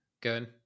good